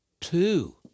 two